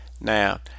Now